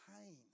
pain